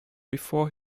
before